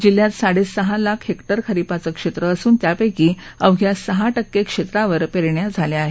जिल्ह्यात साडे सहा लाख हेकटर खरिपाचे क्षेत्र असून त्यापैकी अवघ्या सहा टक्के क्षेत्रावर पेरण्या झाल्या आहेत